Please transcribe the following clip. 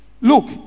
Look